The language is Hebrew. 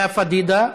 לאה פדידה,